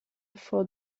for